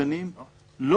עליהם דיונים פתוחים,